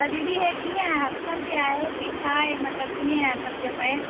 त दीदी हे कीअं हफ़्तनि ते आहे की छा आहे मतिलबु कीअं आहे सम्झि पए